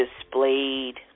displayed